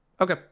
Okay